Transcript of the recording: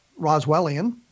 Roswellian